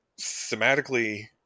thematically